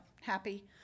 happy